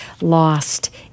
lost